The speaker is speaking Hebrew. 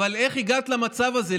אבל איך הגעת למצב הזה?